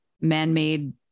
man-made